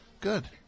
Good